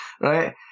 right